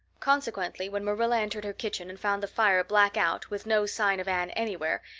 consequently, when marilla entered her kitchen and found the fire black out, with no sign of anne anywhere,